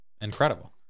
incredible